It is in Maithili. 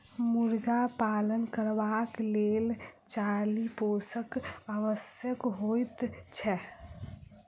मुर्गा पालन करबाक लेल चाली पोसब आवश्यक होइत छै